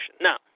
Now